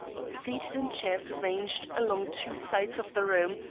seated in chairs ranged along two sides of the room,